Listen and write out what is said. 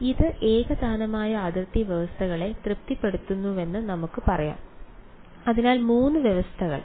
അതിനാൽ ഇത് ഏകതാനമായ അതിർത്തി വ്യവസ്ഥകളെ തൃപ്തിപ്പെടുത്തുന്നുവെന്ന് നമുക്ക് പറയാം അതിനാൽ മൂന്ന് വ്യവസ്ഥകൾ